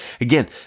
Again